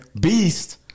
Beast